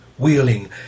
wheeling